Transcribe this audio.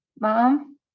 Mom